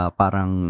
parang